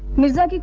mirza.